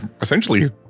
essentially